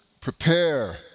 prepare